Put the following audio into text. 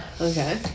Okay